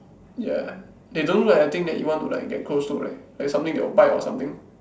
ya they don't look like a thing that you want to like get close to right like something that will bite or something